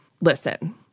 listen